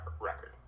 record